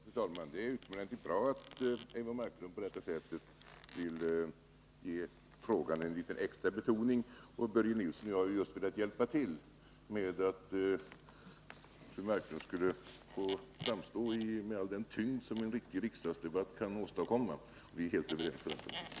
Fru talman! Det är utomordentligt bra att Eivor Marklund på detta sätt vill ge frågan en extra betoning. Börje Nilsson och jag har velat hjälpa fru Marklund att få den att framstå med all den tyngd som en riktig riksdagsdebatt kan åstadkomma. Vi är helt överens på den punkten.